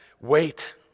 wait